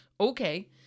Okay